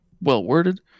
well-worded